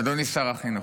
אדוני שר החינוך,